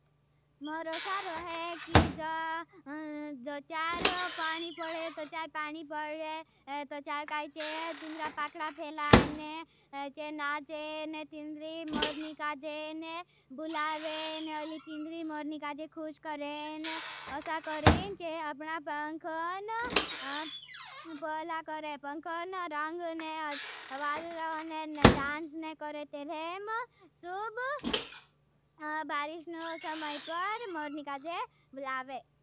मोरो सारो है कि जा दो चार पाणी पढ़े। तो चार पाणी पढ़े। तो चार काई चे तिंद्रा पाकड़ा फेलाने। चे नाचे ने तिंद्री मोरनी काजे ने बुलावेने। अलि तिंद्री मोरनी काजे खुश करेने। असा करेने चे अपना पंखोन पोला करे। पंखोन रंग करे ते थेम सुब बारिश नो समय पर मोरनी काजे बुलावे।